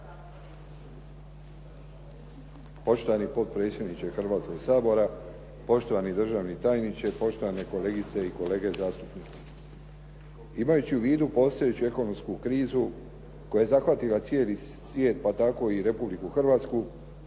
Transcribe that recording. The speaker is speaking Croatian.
Poštovani potpredsjedniče Hrvatskoga sabora. Poštovani državni tajniče. Poštovane kolegice i kolege zastupnici. Imajući u vidu postojeću ekonomsku krizu koja je zahvatila cijeli svijet pa tako i Republiku Hrvatsku